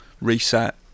reset